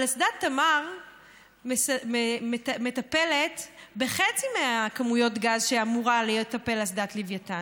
אבל אסדת תמר מטפלת בחצי מכמויות הגז שאמורה לטפל בהן אסדת לווייתן,